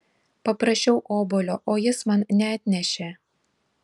paprašiau obuolio o jis man neatnešė